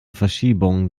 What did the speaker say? verschiebungen